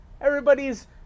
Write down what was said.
Everybody's